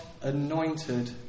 anointed